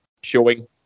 showing